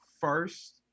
first